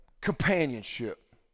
companionship